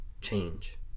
change